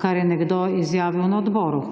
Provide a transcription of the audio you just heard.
kar je nekdo izjavil na odboru.